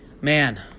Man